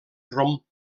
rom